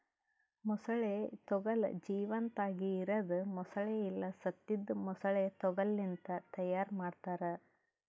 ಮೊಸಳೆ ತೊಗೋಲ್ ಜೀವಂತಾಗಿ ಇರದ್ ಮೊಸಳೆ ಇಲ್ಲಾ ಸತ್ತಿದ್ ಮೊಸಳೆ ತೊಗೋಲ್ ಲಿಂತ್ ತೈಯಾರ್ ಮಾಡ್ತಾರ